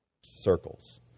circles